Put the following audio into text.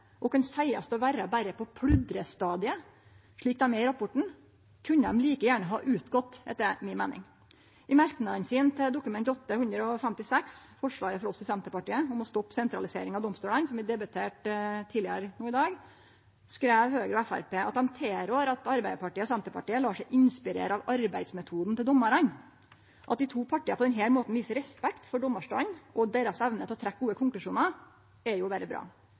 og kan seiast å vere berre på pludrestadiet, slik dei er i rapporten, kunne dei like gjerne utgått, etter mi meining. I merknadene sine til Dokument 8:156 S, forslaget frå oss i Senterpartiet om å stoppe sentraliseringa av domstolane, som vi debatterte tidlegare i dag, skriv Høgre og Framstegspartiet at dei tilrår at Arbeidarpartiet og Senterpartiet lar seg inspirere av arbeidsmetodane til dommarane. At dei to partia på denne måten viser respekt for dommarstanden og deira evne til å trekkje gode konklusjonar, er jo berre bra.